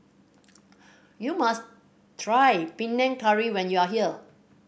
you must try Panang Curry when you are here